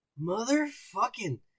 motherfucking